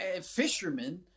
fishermen